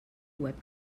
web